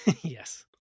Yes